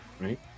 right